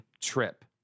trip